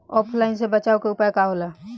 ऑफलाइनसे बचाव के उपाय का होला?